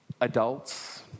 Adults